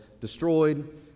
destroyed